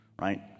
right